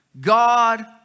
God